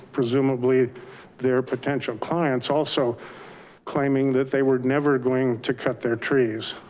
presumably their potential clients also claiming that they were never going to cut their trees.